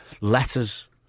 letters